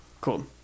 Cool